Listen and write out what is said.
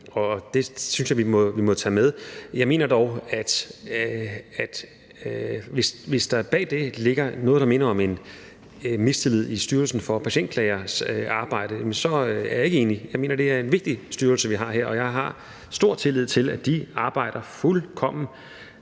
Og det synes jeg vi må tage med. Jeg mener dog, at hvis der bag det ligger noget, der minder om en mistillid til Styrelsen for Patientklagers arbejde, jamen så er jeg ikke enig; jeg mener, det er en vigtig styrelse, vi har her, og jeg har stor tillid til, at de arbejder fuldkommen